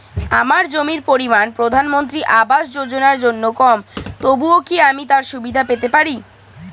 আমার জমির পরিমাণ প্রধানমন্ত্রী আবাস যোজনার জন্য কম তবুও কি আমি তার সুবিধা পেতে পারি?